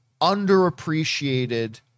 underappreciated